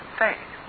faith